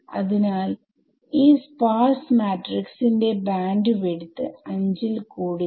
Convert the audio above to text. അതിനാൽ ഈ sparse matrix ന്റെ ബാൻഡ് വിഡ്ത്ത് 5 ൽ കൂടില്ല